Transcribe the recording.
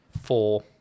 Four